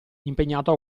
impegnato